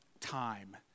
time